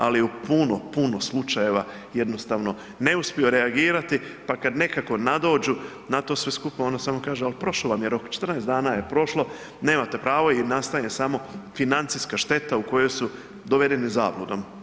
Ali u puno, puno slučajeva jednostavno ne uspiju reagirati, pa kad nekako nadođu na to sve skupa onda samo kažu al prošo vam je rok, 14 dana je prošlo, nemate pravo i nastane samo financijska šteta u kojoj su dovedeni zabludom.